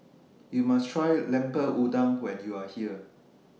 YOU must Try Lemper Udang when YOU Are here